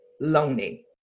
lonely